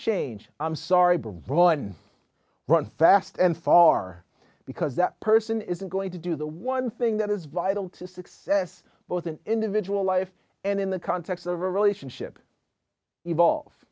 change i'm sorry broaden run fast and far because that person isn't going to do the one thing that is vital to success both an individual life and in the context of the relationship evolve